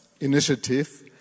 initiative